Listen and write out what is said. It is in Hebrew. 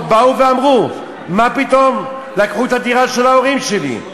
באו ואמרו: מה פתאום לקחו את הדירה של ההורים שלי?